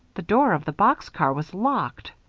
the door of the box-car was locked.